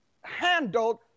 handled